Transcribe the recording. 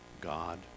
God